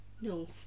No